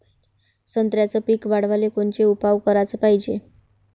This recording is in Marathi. संत्र्याचं पीक वाढवाले कोनचे उपाव कराच पायजे?